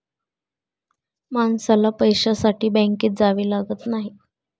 माणसाला पैशासाठी बँकेत जावे लागत नाही